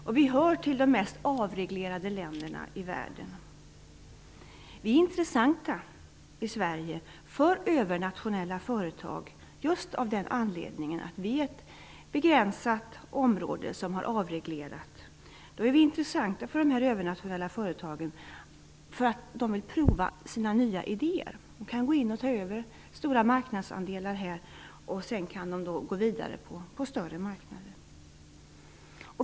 Sverige hör till de mest avreglerade länderna i världen. Vi i Sverge är intressanta för övernationella företag just av den anledningen att Sverige utgör ett begränsat område där man har avreglerat. De övernationella företagen vill prova sina nya idéer. De kan gå in och ta över stora marknadsandelar, och sedan kan de går vidare på större marknader.